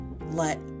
let